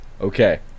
Okay